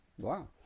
Wow